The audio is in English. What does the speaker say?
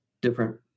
different